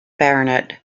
baronet